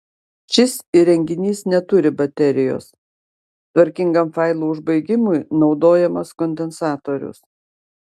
šis įrenginys neturi baterijos tvarkingam failų užbaigimui naudojamas kondensatorius